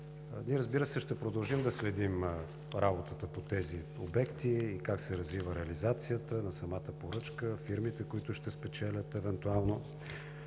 Ние, разбира се, ще продължим да следим работата по тези обекти – как се развива реализацията на самата поръчка, фирмите, които ще спечелят евентуално.